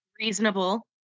Reasonable